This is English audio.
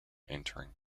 entering